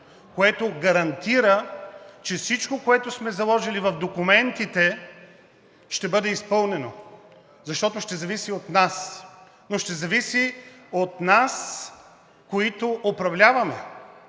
което гарантира, че всичко, което сме заложили в документите, ще бъде изпълнено, защото ще зависи от нас. Но ще зависи от нас, които управляваме,